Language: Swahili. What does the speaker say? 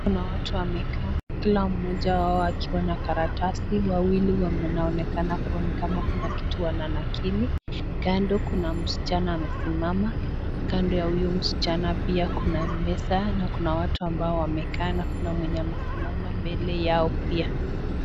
Kuna watu wamekaa kila mmoja wao akiwa na karatasi, wawili wanaonekana kuwa ni kama kuna kitu wananakili, kando kuna msichana amesimama, kando ya huyo msichana pia kuna meza, na kuna watu ambao wamekaa na kuna mwenye wamesimama mbele yao pia.